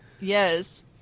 Yes